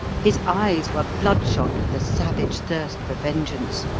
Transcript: his eyes were bloodshot with the savage thirst for vengeance.